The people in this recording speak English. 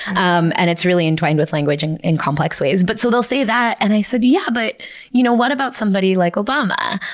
um and it's really entwined with language and in complex ways but so they'll say that, and i said, yeah, but you know what about somebody like obama?